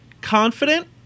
confident